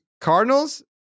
Cardinals